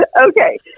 Okay